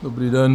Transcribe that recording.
Dobrý den.